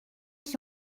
qui